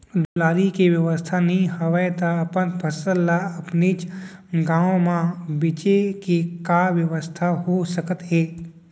ढुलाई के बेवस्था नई हवय ता अपन फसल ला अपनेच गांव मा बेचे के का बेवस्था हो सकत हे?